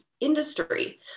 industry